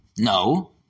No